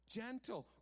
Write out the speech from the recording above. gentle